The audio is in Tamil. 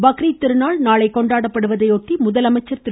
பக்ரீத் திருநாள் நாளை கொண்டாடப்படுவதையொட்டி முதலமைச்சர் திரு